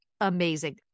amazing